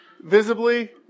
visibly